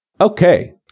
Okay